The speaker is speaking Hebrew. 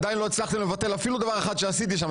עדיין לא הצלחתם לבטל אפילו דבר אחד שעשיתי שם.